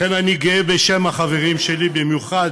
לכן אני גאה, בשם החברים שלי, במיוחד